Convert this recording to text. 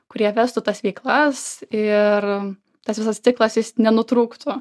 kurie vestų tas veiklas ir tas visas ciklas nenutrūktų